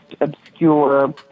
obscure